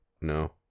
No